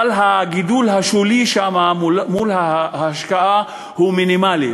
אבל הגידול השולי שם מול ההשקעה הוא מינימלי.